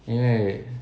因为